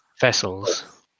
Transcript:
vessels